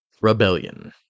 Rebellion